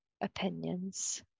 opinions